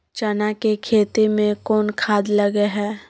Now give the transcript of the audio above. चना के खेती में कोन खाद लगे हैं?